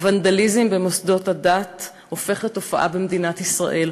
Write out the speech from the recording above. הוונדליזם במוסדות הדת הופך לתופעה במדינת ישראל.